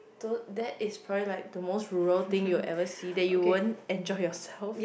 tho~ that is appear the most rural thing you ever see that you won't enjoy yourself